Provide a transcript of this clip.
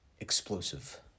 explosive